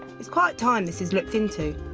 it's quite time this is looked in to.